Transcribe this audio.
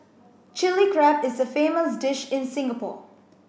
Chilli Crab is a famous dish in Singapore